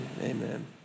amen